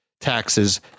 taxes